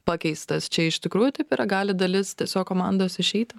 pakeistas čia iš tikrųjų taip yra gali dalis tiesiog komandos išeiti